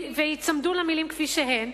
וייצמדו למלים כפי שהן,